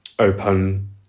open